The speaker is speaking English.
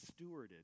stewarded